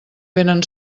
vénen